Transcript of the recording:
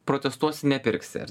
protestuosi nepirksi